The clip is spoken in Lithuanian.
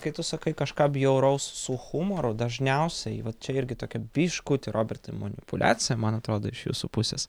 kai tu sakai kažką bjauraus su humoru dažniausiai va čia irgi tokia biškutį robertai manipuliacija man atrodo iš jūsų pusės